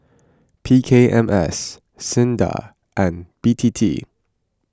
P K M S Sinda and B T T